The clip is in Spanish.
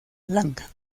lanka